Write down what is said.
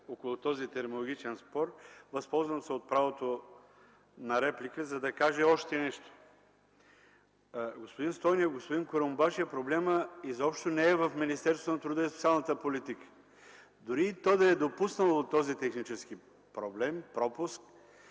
около този терминологичен спор, възползвам се от правото на реплика, за да кажа още нещо. Господин Стойнев, господин Курумбашев, проблемът изобщо не е в Министерството на труда и социалната политика. Дори то да е допуснало този технически пропуск,